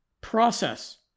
process